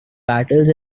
battles